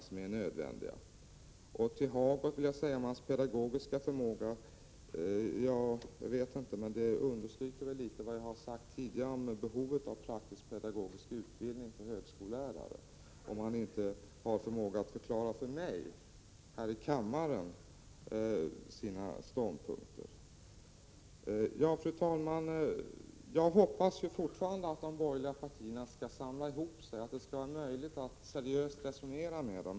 Jag vill säga till Birger Hagård beträffande hans pedagogiska förmåga att det han nyss sade underströk det jag tidigare har sagt om behovet av praktisk-pedagogisk utbildning för högskolelärare. Han har inte förmåga att här i kammaren förklara sina ståndpunkter för mig. Fru talman! Jag hoppas fortfarande att de borgerliga partierna skall samla ihop sig, så att det blir möjligt att resonera seriöst med dem.